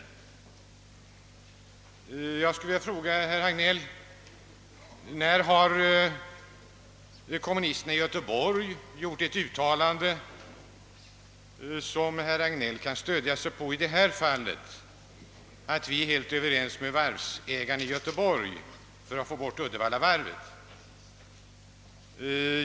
Jag skulle vilja fråga herr Hagnell: När har kommunisterna i Göteborg gjort något uttalande, som herr Hagnell i detta fall kan stödja sig på, att vi är helt överens med varvsägarna i Göteborg om att få bort Uddevallavarvet?